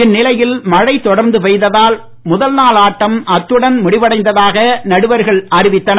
இந்நிலையில் மழை தொடர்ந்து பெய்த தால் முதல் நாள் ஆட்டம் அத்துடன் முடிவடைந்ததாக நடுவர்கள் அறிவித்தனர்